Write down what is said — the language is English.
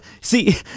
See